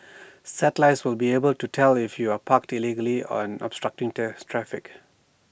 satellites will be able to tell if you're parked illegally on obstructing theirs traffic